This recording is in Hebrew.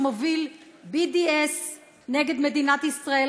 שמוביל BDS נגד מדינת ישראל,